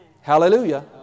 hallelujah